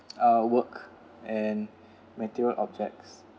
uh work and material objects